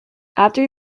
after